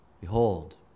Behold